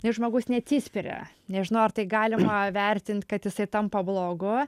jei žmogus neatsispiria nežinau ar tai galima vertint kad jisai tampa blogu